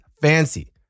fancy